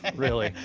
and really.